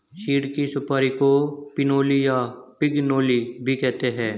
चीड़ की सुपारी को पिनोली या पिगनोली भी कहते हैं